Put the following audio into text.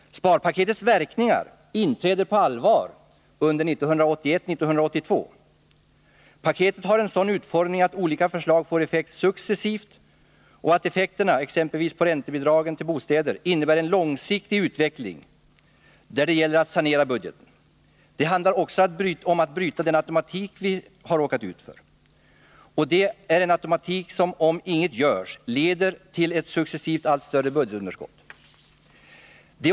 Sparpaketets verkningar inträder på allvar under 1981-1982. Paketet har en sådan utformning att olika förslag får effekt successivt, och effekterna exempelvis på räntebidragen till bostäder är ett led i en långsiktig utveckling syftande till att sanera budgeten. Det gäller också att bryta automatiken i den utveckling som vi har råkat in i och som, om ingenting görs, leder till ett successivt allt större budgetunderskott.